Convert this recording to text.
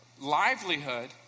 livelihood